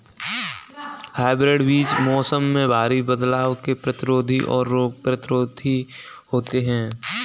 hybrid बीज मौसम में भारी बदलाव के प्रतिरोधी और रोग प्रतिरोधी होते हैं